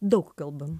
daug kalbam